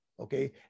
Okay